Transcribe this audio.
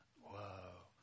whoa